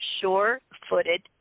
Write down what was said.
sure-footed